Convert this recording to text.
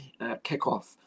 kickoff